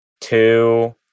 two